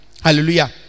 hallelujah